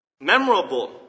memorable